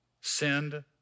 send